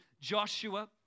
Joshua